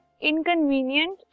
inconvenient